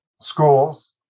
schools